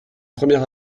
première